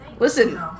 listen